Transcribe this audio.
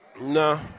No